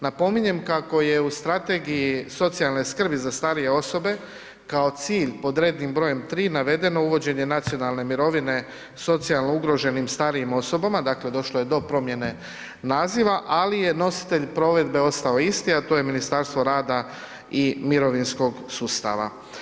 Napominjem kako je u strategiji socijalne skrbi za starije osobe kao cilj pod red. br. 3. navedeno uvođenje nacionalne mirovine socijalno ugroženim starijim osobama, dakle došlo je do promijene naziva, ali je nositelj provedbe ostao isti, a to je Ministarstvo rada i mirovinskog sustava.